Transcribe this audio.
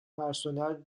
personel